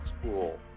school